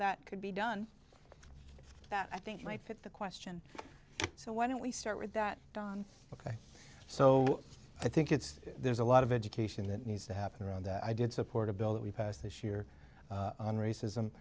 that could be done that i think might fit the question so why don't we start with that don ok so i think it's there's a lot of education that needs to happen around that i did support a bill that we passed this year on racism